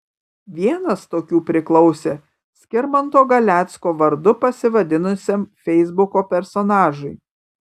vienas tokių priklausė skirmanto galecko vardu pasivadinusiam feisbuko personažui